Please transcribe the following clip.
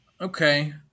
Okay